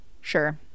sure